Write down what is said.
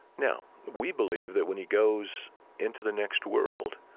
now, we believe that when he goes into the next world,